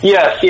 Yes